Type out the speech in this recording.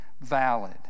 valid